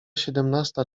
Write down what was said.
siedemnasta